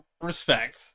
respect